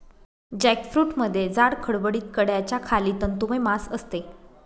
जॅकफ्रूटमध्ये जाड, खडबडीत कड्याच्या खाली तंतुमय मांस असते